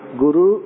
guru